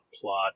plot